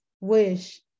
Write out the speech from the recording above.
wish